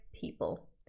people